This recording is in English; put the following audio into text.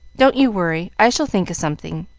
don't you worry i shall think of something.